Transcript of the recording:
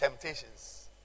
temptations